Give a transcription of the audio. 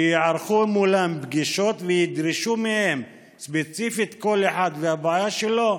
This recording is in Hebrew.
שייערכו מולם פגישות וידרשו מהם ספציפית: כל אחד והבעיה שלו,